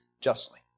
justly